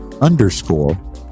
underscore